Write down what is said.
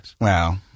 Wow